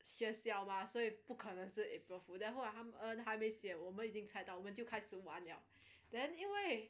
学校嘛所以不可能是 april fool then 后 uh 还没写我们就已经猜到我们就开始玩了 then 因为